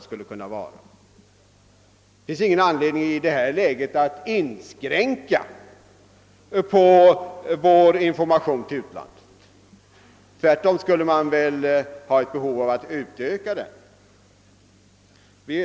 Det finns därför ingen anledning att i det läget inskränka vår information till utlandet; tvärtom skulle den behöva ökas.